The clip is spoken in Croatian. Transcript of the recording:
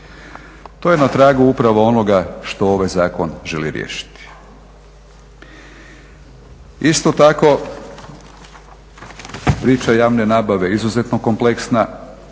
To je na tragu upravo onoga što ovaj zakon želi riješiti. Isto tako priča javne nabave je izuzetno kompleksna,